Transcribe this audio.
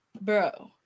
Bro